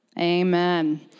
Amen